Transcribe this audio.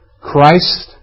Christ